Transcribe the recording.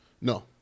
No